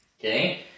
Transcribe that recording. okay